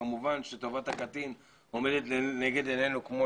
וכמובן שטובת הקטין עומדת לנגד עינינו כמו